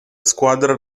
squadra